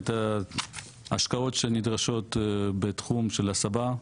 ההשקעות שנדרשות בתחום של ההסבה,